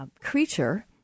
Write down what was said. creature